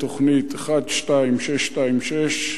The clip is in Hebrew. תוכנית 12626,